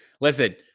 listen